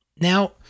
Now